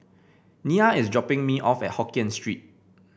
Nia is dropping me off at Hokkien Street